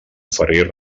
oferir